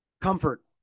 comfort